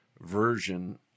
version